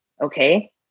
Okay